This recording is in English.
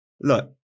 look